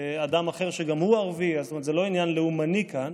אדם אחר שגם הוא ערבי, אז זה לא עניין לאומני כאן.